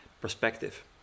perspective